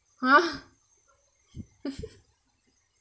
ha